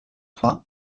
trois